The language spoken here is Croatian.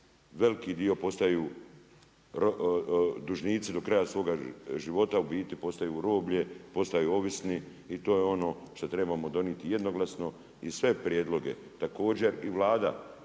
veliki dio postaju dužnici do kraja svoga života, u biti postaju roblje, postaju ovisni, i to je ono šta trebamo donijeti jednoglasno i sve prijedloge, također i Vlada,